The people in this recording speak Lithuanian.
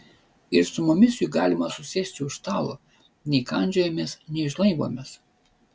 ir su mumis juk galima susėsti už stalo nei kandžiojamės nei žnaibomės